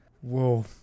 Whoa